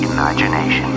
Imagination